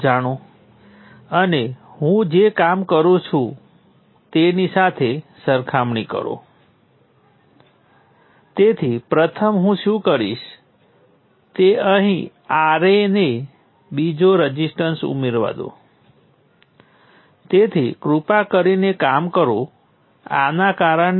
સ્વતંત્ર કરંટ તે નોડમાં દાખલ કરવામાં આવે છે